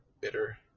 bitter